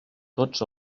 tots